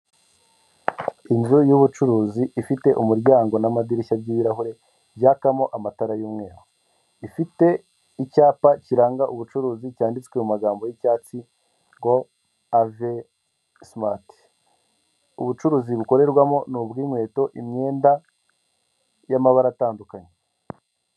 Inzu y'ubucuruzi ifite umuryango n'amadirishya by'ibirahure byakamo amatara y'umweru ifite icyapa kiranga ubucuruzi cyanditswe mu magambo y'icyatsi ngo avesimati, ubucuruzi bukorerwamo ni ubw'inkweto, imyenda y'amabara atandukanye.